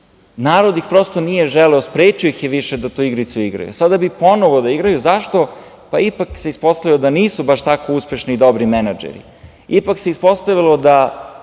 narod ih prosto nije želeo, sprečio ih je više da tu igricu igraju. Sada bi ponovo da je igraju. Zašto? Pa, ipak se ispostavilo da nisu baš tako uspešni i dobri menadžeri. Ipak se ispostavilo da